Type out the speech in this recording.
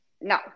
No